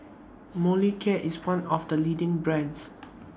Molicare IS one of The leading brands